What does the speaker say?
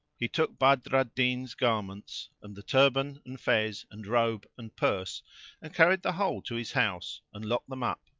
he took badr al-din's garments and the turband and fez and robe and purse and carried the whole to his house and locked them up,